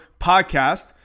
PODCAST